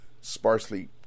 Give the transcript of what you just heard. sparsely